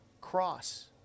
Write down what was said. cross